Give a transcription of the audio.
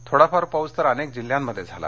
थोडाफार पाऊस तर अनेक जिल्ह्यांमध्ये झाला